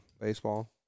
baseball